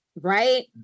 right